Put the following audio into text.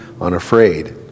unafraid